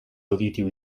auditiu